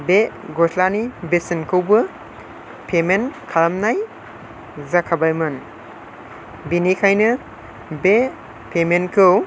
बे गस्लानि बेसेनखौबो फेमेन्ट खालामनाय जाखाबायमोन बेनिखायनो बे पेमेन्टखौ